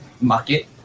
market